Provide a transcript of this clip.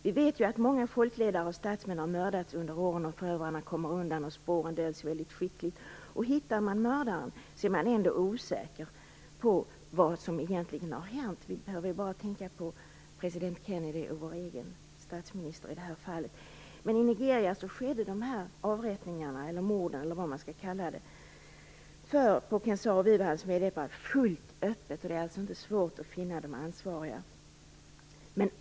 Vi vet att många folkledare och statsmän har mördats under åren. Förövarna kommer undan och spåren döljs skickligt. Hittar man mördaren är man ändå osäker på vad som egentligen har hänt. Vi kan bara tänka på president Kennedy och vår egen statsminister. I Nigeria skedde avrättningarna, eller morden, på Ken Saro-Wiwa och hans medhjälpare helt öppet. Det är inte svårt att finna de ansvariga.